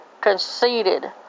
conceited